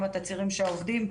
גם התצהירים של העובדים.